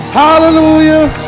hallelujah